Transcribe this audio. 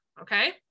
Okay